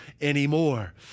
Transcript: anymore